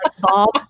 Bob